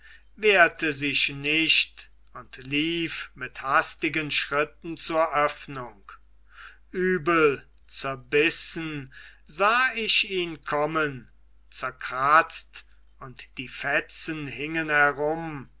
wehrte sich nicht und lief mit hastigen schritten zur öffnung übel zerrissen sah ich ihn kommen zerkratzt und die fetzen hingen herum